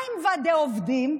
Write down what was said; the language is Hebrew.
מה עם ועדי עובדים?